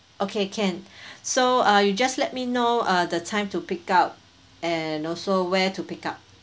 okay can so uh you just let me know uh the time to pick up and also where to pick up